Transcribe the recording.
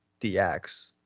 DX